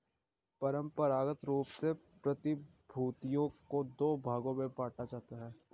परंपरागत रूप से प्रतिभूतियों को दो भागों में बांटा जाता है